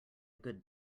good